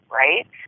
right